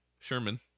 Sherman